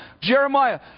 Jeremiah